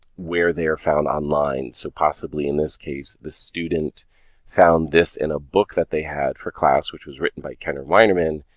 where they are found online, so possibly in this case the student found this in a book that they had for class, which was written by kenner weineman.